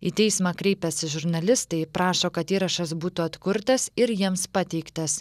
į teismą kreipęsi žurnalistai prašo kad įrašas būtų atkurtas ir jiems pateiktas